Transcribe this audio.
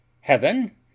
heaven